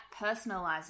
personalizes